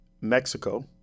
Mexico